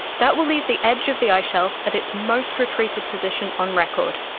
that will leave the edge of the ice shelf at its most retreated position on record,